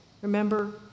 Remember